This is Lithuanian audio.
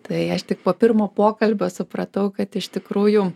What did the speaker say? tai aš tik po pirmo pokalbio supratau kad iš tikrųjų